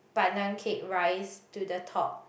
pandan cake rise to the top